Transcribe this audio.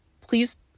Please